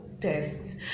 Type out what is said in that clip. Tests